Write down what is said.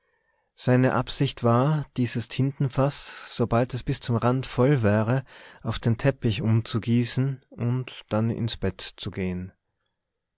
seine absicht war dieses tintenfaß sobald es bis zum rand voll wäre auf den teppich umzugießen und dann ins bett zu gehen